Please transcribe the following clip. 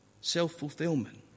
Self-fulfillment